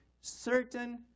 certain